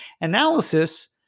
Analysis